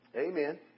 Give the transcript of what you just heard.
Amen